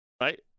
right